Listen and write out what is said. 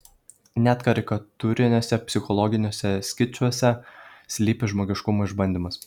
net karikatūriniuose psichologiniuose škicuose slypi žmogiškumo išbandymas